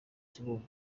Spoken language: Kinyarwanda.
kibungo